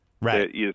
Right